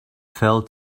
fell